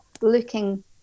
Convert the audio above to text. looking